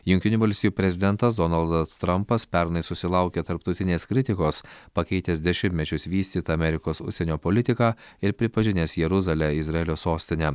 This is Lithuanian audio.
jungtinių valstijų prezidentas donaldas trampas pernai susilaukė tarptautinės kritikos pakeitęs dešimtmečius vystyti amerikos užsienio politiką ir pripažinęs jeruzalę izraelio sostine